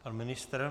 Pan ministr?